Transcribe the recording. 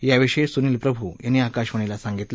या विषयी सुनील प्रभू यांनी आकाशवाणीला सांगितलं